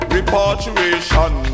Repatriation